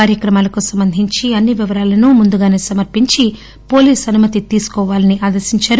కార్యక్రమాలకు సంబంధించి అన్ని వివరాలను ముందుగానే సమర్పించి పోలీస్ అనుమతి తీసుకోవాలని అదేశించారు